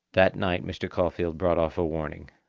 that night mr. caulfeild brought off a warning.